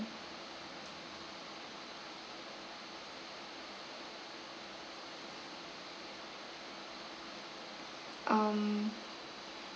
um